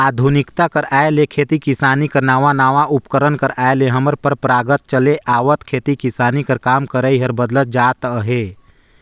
आधुनिकता कर आए ले खेती किसानी कर नावा नावा उपकरन कर आए ले हमर परपरागत चले आवत खेती किसानी कर काम करई हर बदलत जात अहे